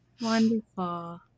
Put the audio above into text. Wonderful